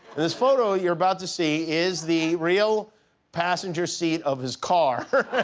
this photo you're about to see is the real passenger seat of his car.